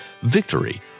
Victory